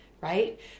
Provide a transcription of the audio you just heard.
right